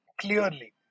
clearly